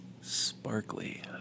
Sparkly